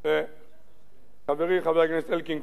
וחברי חבר הכנסת אלקין כבר שמע את זאת מפי